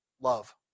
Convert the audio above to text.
Love